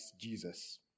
Jesus